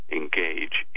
engage